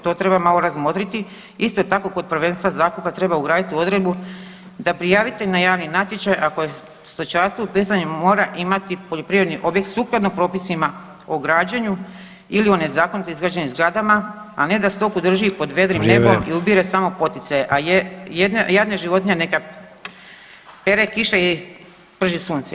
To treba malo razmotriti, isto tako kod prvenstva zakupa treba ugradit u odredbu da prijavitelj na javni natječaj ako je stočarstvo u pitanju mora imati poljoprivredni objekt sukladno propisima o građenju ili o nezakonito izgrađenim zgradama, a ne da stoku drži pod vedrim nebom [[Upadica: Vrijeme]] i ubire samo poticaje, a jadne životinje neka pere kiša i prži sunce.